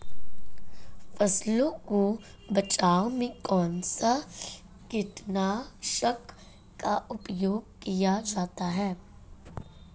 फसलों के बचाव में कौनसा कीटनाशक का उपयोग किया जाता है?